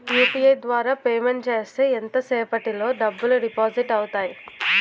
UPI ద్వారా payment చేస్తే ఎంత సేపటిలో డబ్బులు డిపాజిట్ అవుతాయి?